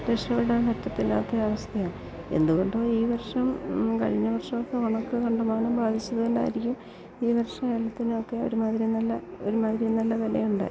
രക്ഷപ്പെടാൻ പറ്റത്തില്ലാത്തൊരവസ്ഥയാണ് എന്തു കൊണ്ടോ ഈ വർഷം കഴിഞ്ഞ വർഷമൊക്കെ ഉണക്ക് കണ്ടമാനം ബാധിച്ചത് കൊണ്ടായിരിക്കും ഈ വർഷ ഏലത്തിനൊക്കെ ഒരുമാതിരി നല്ല ഒരുമാതിരി നല്ല വിലയുണ്ട്